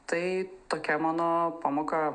tai tokia mano pamoka